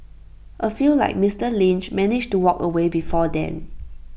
A few like Mister Lynch manage to walk away before then